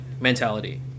mentality